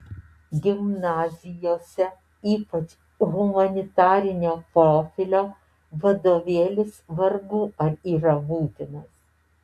gimnazijose ypač humanitarinio profilio vadovėlis vargu ar yra būtinas